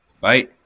Bye